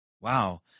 Wow